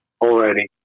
already